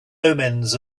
omens